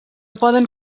poden